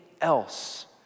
else